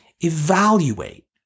Evaluate